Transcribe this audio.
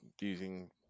using